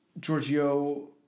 Giorgio